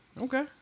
Okay